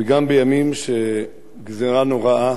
וגם בימים שגזירה נוראה